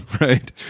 right